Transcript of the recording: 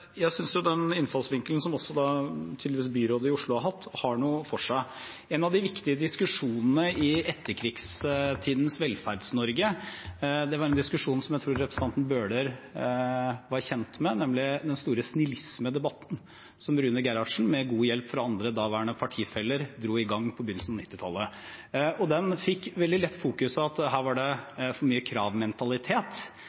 innfallsvinkelen som byrådet i Oslo har hatt, har noe for seg. En av de viktige diskusjonene i etterkrigstidens Velferds-Norge var en diskusjon som jeg tror representanten Bøhler er kjent med, nemlig den store snillismedebatten, som Rune Gerhardsen med god hjelp fra daværende partifeller dro i gang på begynnelsen av 1990-tallet. Den fikk veldig lett fokuset at her var det